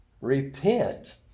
Repent